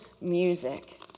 music